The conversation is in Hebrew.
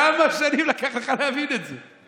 כמה שנים לקח לך להבין את זה?